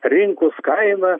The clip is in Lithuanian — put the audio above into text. rinkos kaina